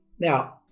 Now